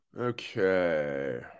Okay